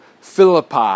Philippi